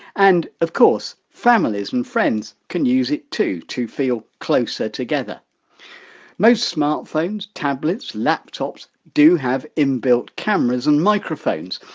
and of course, families and friends can use it too, to feel closer together most smartphones, tablets, laptops do have inbuilt cameras and microphones,